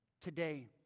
Today